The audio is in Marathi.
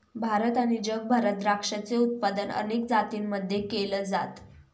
भारत आणि जगभरात द्राक्षाचे उत्पादन अनेक जातींमध्ये केल जात